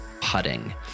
putting